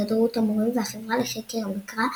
הסתדרות המורים והחברה לחקר המקרא,